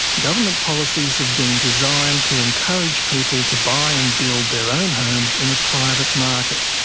government policies have been designed to encourage people to buy and build their own homes in a private market.